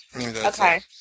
Okay